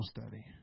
study